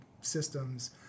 systems